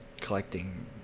collecting